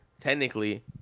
technically